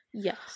Yes